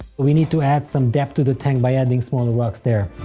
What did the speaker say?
we need to add some depth to the tank, by adding smaller rocks there.